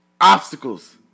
Obstacles